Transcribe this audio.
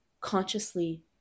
consciously